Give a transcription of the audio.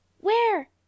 Where